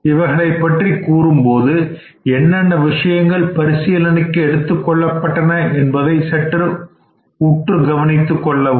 இவைகளைப் பற்றி கூறும்போது என்னென்ன விஷயங்கள் பரிசீலனைக்கு எடுத்துக்கொள்ளப்பட்டன என்பதை உற்று கவனித்துக் கொள்ளவும்